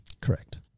Correct